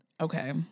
Okay